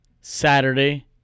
Saturday